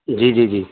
جی جی جی